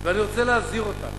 ואני רוצה להזהיר אותם